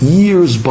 years